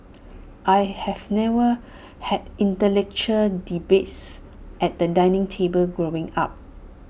I have never had intellectual debates at the dining table growing up